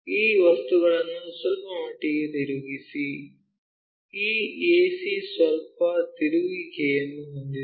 ಈ ವಸ್ತುಗಳನ್ನು ಸ್ವಲ್ಪಮಟ್ಟಿಗೆ ತಿರುಗಿಸಿ ಈ a c ಸ್ವಲ್ಪ ತಿರುಗುವಿಕೆಯನ್ನು ಹೊಂದಿದೆ